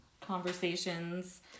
conversations